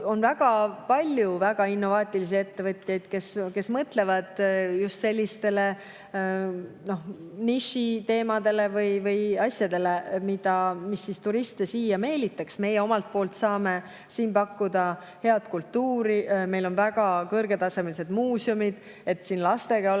On väga palju väga innovaatilisi ettevõtjaid, kes mõtlevad just sellistele nišiteemadele või asjadele, mis turiste siia meelitaks. Meie omalt poolt saame siin pakkuda head kultuuri. Meil on väga kõrgetasemelised muuseumid, et siin lastega oleks